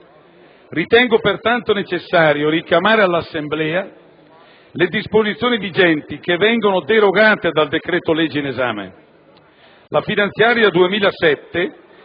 Ritengo pertanto necessario richiamare all'Assemblea le disposizioni vigenti che vengono derogate dal decreto-legge in esame.